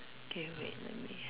okay wait let me